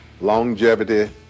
longevity